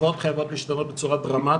ההקצבות חייבות להשתנות בצורה דרמטית.